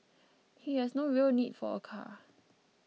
he has no real need for a car